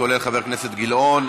כולל חבר הכנסת גילאון,